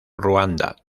ruanda